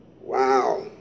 Wow